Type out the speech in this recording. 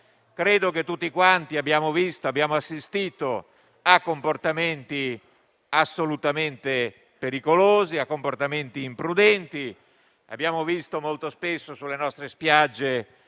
Credo che tutti abbiamo assistito a comportamenti assolutamente pericolosi ed imprudenti, abbiamo visto molto spesso sulle nostre spiagge